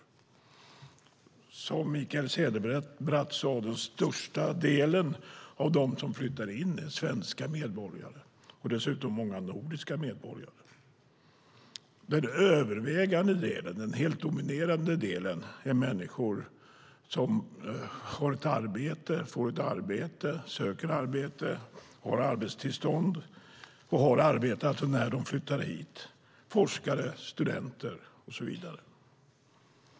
Precis som Mikael Cederbratt sade är den största delen av dem som flyttar in svenska medborgare, och dessutom finns många nordiska medborgare. Den övervägande delen - den helt dominerande delen - är människor som har ett arbete, får ett arbete, söker arbete, har arbetstillstånd och har arbetat när de flyttar hit. Det är forskare, studenter och så vidare.